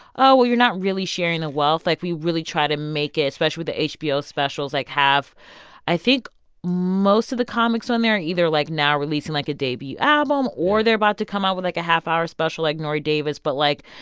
oh, well, you're not really sharing the wealth like, we really try to make it, especially the hbo specials, like, have i think most of the comics on there either, like, now releasing, like, a debut album, or they're about to come out with, like, a half-hour special, like nore davis. but, like,